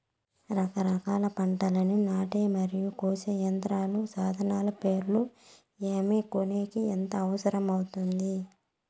రకరకాల పంటలని నాటే మరియు కోసే యంత్రాలు, సాధనాలు పేర్లు ఏమి, కొనేకి ఎంత అవసరం అవుతుంది?